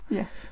Yes